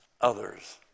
others